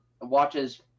watches